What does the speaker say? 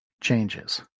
changes